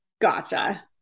gotcha